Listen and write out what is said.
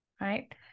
right